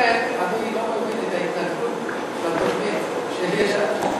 לכן אני לא מבין את ההתנגדות לתוכנית של יש עתיד.